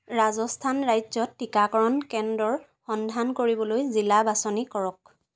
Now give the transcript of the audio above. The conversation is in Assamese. ৰাজস্থান ৰাজ্যত টীকাকৰণ কেন্দ্ৰৰ সন্ধান কৰিবলৈ জিলা বাছনি কৰক